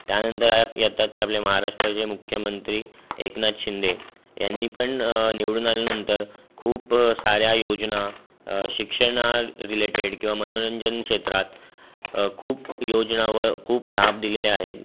त्यानंतर येतात ते आपले महाराष्ट्राचे मुख्यमंत्री एकनाथ शिंदे ह्यांनी पण निवडून आल्यानंतर खूप साऱ्या योजना शिक्षण रिलेटेड किंवा मनोरंजन क्षेत्रात खूप योजना व खूप लाभ दिलेले आहेत